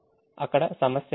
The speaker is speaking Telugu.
అక్కడ సమస్య లేదు